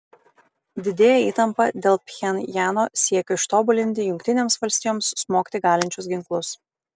didėja įtampa dėl pchenjano siekio ištobulinti jungtinėms valstijoms smogti galinčius ginklus